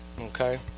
Okay